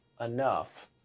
enough